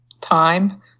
Time